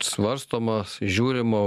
svarstomas žiūrim o